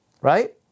Right